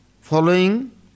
following